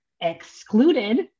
excluded